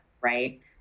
right